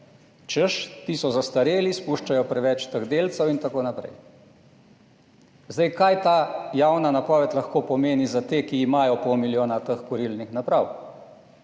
češ, te so zastarele, spuščajo preveč teh delcev in tako naprej. Kaj ta javna napoved lahko pomeni za te, ki imajo pol milijona teh kurilnih naprav?